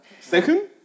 Second